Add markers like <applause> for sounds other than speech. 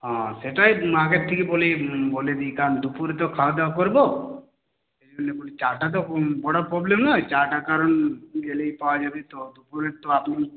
হ্যাঁ সেটাই আগের থেকে বলি বলে দিই কারণ দুপুরে তো খাওয়া দাওয়া করব <unintelligible> বলি চাটা তো করা প্রবলেম নয় চাটা কারণ গেলেই পাওয়া যাবে তো দুপুরের তো আপনি